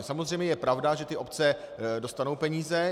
Samozřejmě je pravda, že obce dostanou peníze.